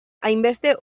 hainbeste